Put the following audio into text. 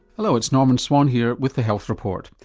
hello it's norman swan here with the health report.